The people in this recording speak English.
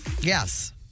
Yes